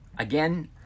Again